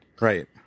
right